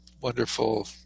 Wonderful